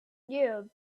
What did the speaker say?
knew